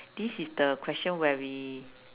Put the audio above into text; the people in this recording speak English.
this is the question where we